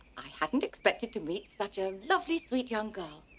i hadn't expected to meet such a lovely, sweet young girl.